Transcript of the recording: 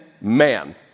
man